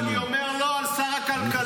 לא, אני אומר לו את זה על שר הכלכלה.